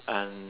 uh